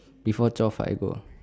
before twelve I go